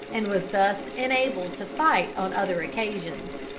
and was thus enabled to fight on other occasions.